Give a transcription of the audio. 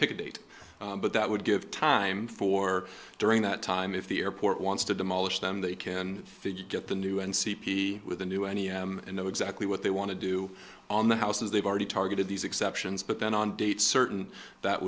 pick a date but that would give time for during that time if the airport wants to demolish them they can fit you get the new n c p with a new any m and know exactly what they want to do on the house as they've already targeted these exceptions but then on date certain that